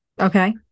Okay